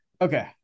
Okay